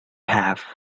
have